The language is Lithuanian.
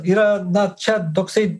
gi yra dar čia toksai